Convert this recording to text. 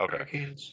Okay